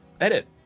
edit